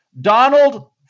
Donald